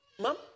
mom